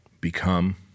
become